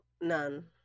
none